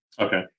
Okay